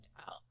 out